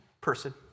person